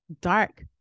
dark